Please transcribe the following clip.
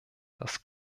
das